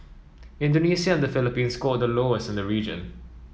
Indonesia and the Philippines scored the lowest in the region